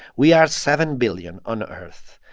we are seven billion on earth.